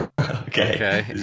okay